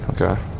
okay